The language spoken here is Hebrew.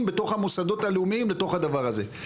בתוך המוסדות הלאומיים בתוך הדבר הזה.